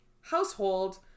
household